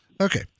Okay